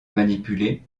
manipuler